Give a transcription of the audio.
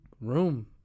room